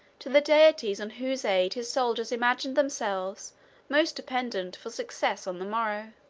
to the deities on whose aid his soldiers imagined themselves most dependent for success on the morrow.